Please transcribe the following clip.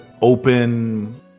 open